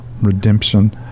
redemption